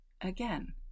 again